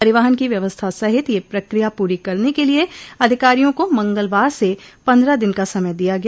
परिवहन की व्यवस्था सहित यह प्रक्रिया पूरो करने के लिए अधिकारियों को मंगलवार से पन्द्रह दिन का समय दिया गया